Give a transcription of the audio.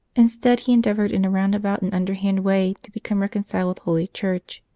instead he en deavoured in a roundabout and underhand way to become reconciled with holy church.